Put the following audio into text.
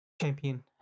champion